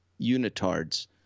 unitards